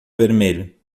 vermelho